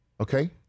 okay